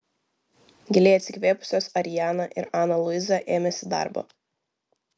giliai atsikvėpusios ariana ir ana luiza ėmėsi darbo